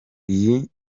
iyi